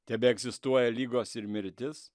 tebeegzistuoja ligos ir mirtis